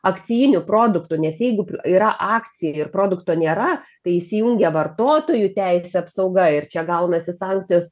akcijinių produktų nes jeigu yra akcija ir produkto nėra tai įsijungia vartotojų teisių apsauga ir čia gaunasi sankcijos